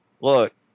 look